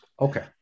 Okay